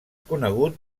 conegut